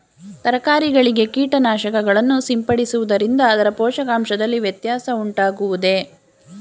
ತರಕಾರಿಗಳಿಗೆ ಕೀಟನಾಶಕಗಳನ್ನು ಸಿಂಪಡಿಸುವುದರಿಂದ ಅದರ ಪೋಷಕಾಂಶದಲ್ಲಿ ವ್ಯತ್ಯಾಸ ಉಂಟಾಗುವುದೇ?